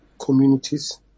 communities